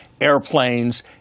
airplanes